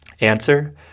Answer